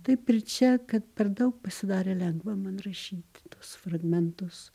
taip ir čia kad per daug pasidarė lengva man rašyt tuos fragmentus